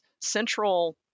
central